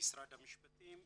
משרד המשפטים.